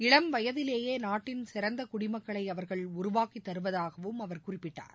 இளம் வயதிலேயே நாட்டின் சிறந்த குடிமக்களை அவர்கள் உருவாக்கி தருவதாகவும் அவர் குறிப்பிட்டார்